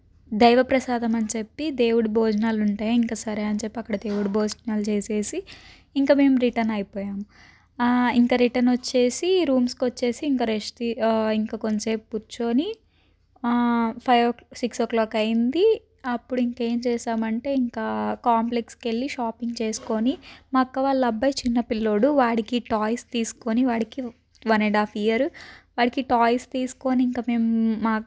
దైవ ప్రసాదం అని చెప్పి దేవుడి భోజనాలు ఉంటాయి ఇంకా సరే అని చెప్పి అక్కడ దేవుడు భోజనాలు చేసేసి ఇంక మేము రిటర్న్ అయిపోయాం ఇంకా రిటర్న్ వచ్చేసి రూమ్స్కి వచ్చేసి ఇంకా రెస్ట్ ఇంకా కొంసేపు కూర్చొని ఫైవ్ సిక్స్ ఓ క్లాక్ అయింది అప్పుడు ఇంకేం చేశామంటే ఇంకా కాంప్లెక్స్కెళ్ళి షాపింగ్ చేసుకొని మా అక్క వాళ్ళ అబ్బాయి చిన్నపిల్లోడు వాడికి టాయ్స్ తీసుకొని వాడికి one one and half year వాడికి టాయ్స్ తీసుకొని ఇంక మేము